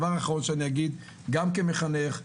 גם כמחנך,